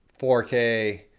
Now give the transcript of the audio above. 4K